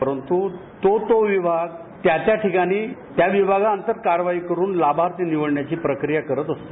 परंतु तो तो विभाग त्या त्या ठिकाणी त्या विभागाअंगत कारवाई करून लाभार्थी निव ण्याची प्रक्रिया करत असते